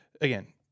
again